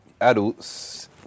adults